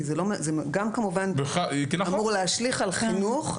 זה אמור להשליך על חינוך,